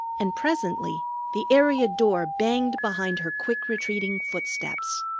and presently the area door banged behind her quick-retreating footsteps.